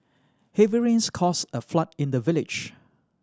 heavy rains caused a flood in the village